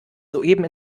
soeben